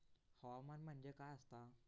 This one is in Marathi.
हवामान म्हणजे काय असता?